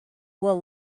will